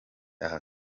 aha